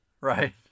right